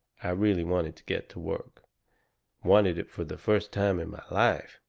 i really wanted to get to work wanted it for the first time in my life.